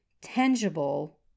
tangible